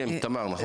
הבריאות.